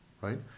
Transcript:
right